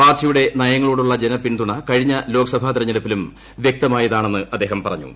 പാർട്ടിയുടെ നയങ്ങളോടുള്ള ജനപിന്തുണ കഴിഞ്ഞ ലോക്സഭാ തിരഞ്ഞെടുപ്പിലും വ്യക്തമായതാണെന്ന് അദ്ദേഹം പറഞ്ഞു